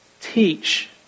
teach